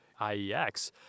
IEX